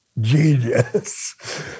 genius